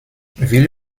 ville